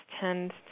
tend